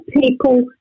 people